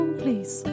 please